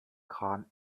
kran